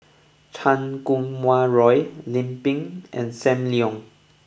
Chan Kum Wah Roy Lim Pin and Sam Leong